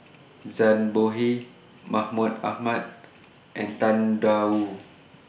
Zhang Bohe Mahmud Ahmad and Tang DA Wu